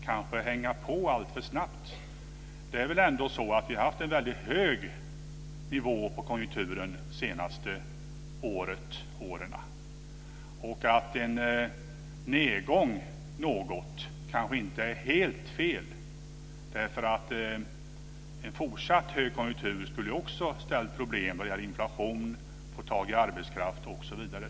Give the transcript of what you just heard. Vi har väl ändå haft en väldigt hög nivå på konjunkturen de senaste åren, och någon nedgång kanske inte är helt fel därför att en fortsatt hög konjunktur skulle ju också ställa till problem när det gäller inflation, att få tag i arbetskraft osv.